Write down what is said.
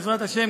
בעזרת ה',